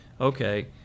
okay